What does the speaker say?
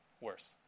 worse